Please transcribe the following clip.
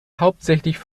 hauptsächlich